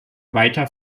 weiter